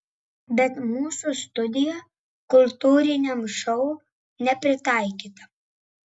bet mūsų studija kultūriniam šou nepritaikyta